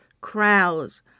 crowds